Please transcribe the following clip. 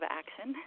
action